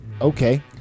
Okay